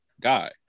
guy